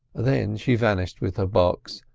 then she vanished with her box,